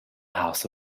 house